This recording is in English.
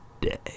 day